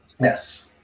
Yes